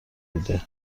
بوده